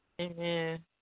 Amen